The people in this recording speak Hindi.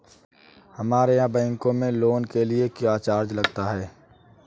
हमारे यहाँ बैंकों में लोन के लिए क्या चार्ज लगता है?